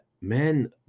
man